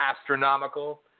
astronomical